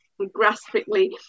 graspingly